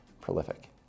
Prolific